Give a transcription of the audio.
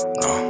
no